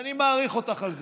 ואני מעריך אותך על זה.